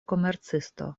komercisto